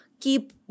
keep